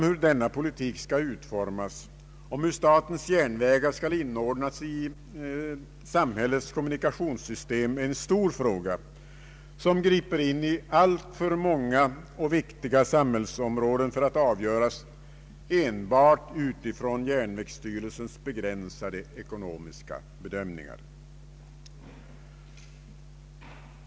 Hur denna politik skall utformas, hur statens järnvägar skall inordnas i samhällets kommunikationssystem, är en stor fråga som griper in i alltför många och viktiga samhällsområden för att avgöras enbart utifrån järnvägsstyrelsens begränsade ekonomiska bedömningar.